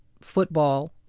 football